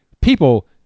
people